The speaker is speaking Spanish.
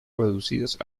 reducidas